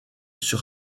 sur